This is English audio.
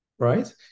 right